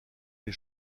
des